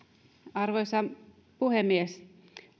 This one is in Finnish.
arvoisa puhemies